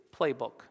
playbook